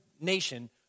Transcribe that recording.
nation